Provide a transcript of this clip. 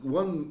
one